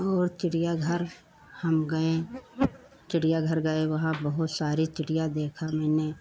और चिड़ियाघर हम गए चिड़ियाघर गए वहाँ बहुत सारी चिड़िया देखा मैंने